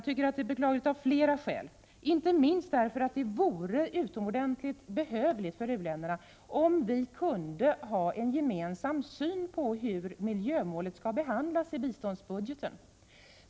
Det är beklagligt av flera skäl, inte minst därför att det är behövligt för u-länderna att vi kan ha en gemensam syn på hur miljömålet skall behandlas i biståndsbudgeten.